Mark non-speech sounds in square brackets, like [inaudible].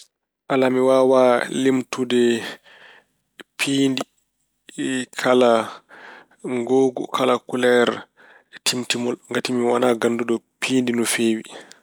Alaa, mi waawaa limtude piindi [hesitation] kala ngoongu, kala kuleer timtimmol ngati mi wonaa ngannduɗo piindi no feewi.